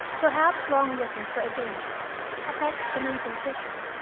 perhaps long looking for a danger affects the mental vision.